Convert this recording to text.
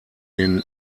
den